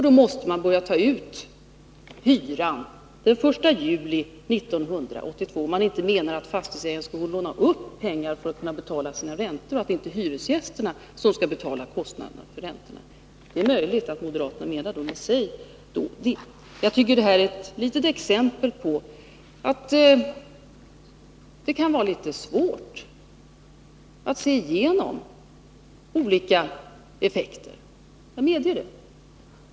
Då måste man börja ta ut hyran den 1 juli 1982, såvida vi inte menar att fastighetsägaren skall låna upp pengar för att kunna betala sina räntor — att det inte är hyresgästerna som skall betala kostnaderna för räntorna. Det är möjligt att moderaterna menar det, men säg då det! Jag tycker att detta är ett exempel som visar att det kan vara litet svårt att se igenom olika effekter — jag medger det.